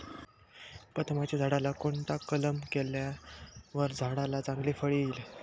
बदामाच्या झाडाला कोणता कलम केल्यावर झाडाला चांगले फळ येईल?